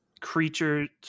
creatures